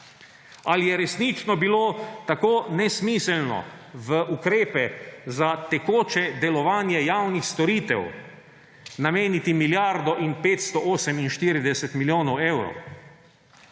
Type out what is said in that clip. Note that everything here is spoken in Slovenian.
Ali je resnično bilo tako nesmiselno v ukrepe za tekoče delovanje javnih storitev nameniti milijardo in 548 milijonov evrov?